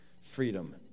freedom